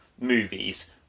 movies